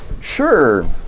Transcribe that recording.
Sure